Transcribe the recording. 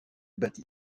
battit